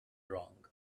wrong